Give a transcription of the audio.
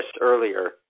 earlier